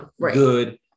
good